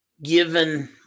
Given